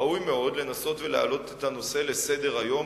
ראוי מאוד לנסות ולהעלות את הנושא לסדר-היום,